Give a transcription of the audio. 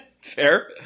Fair